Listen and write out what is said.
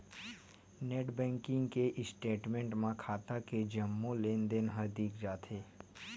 net banking के statement म खाता के जम्मो लेनदेन ह दिख जाथे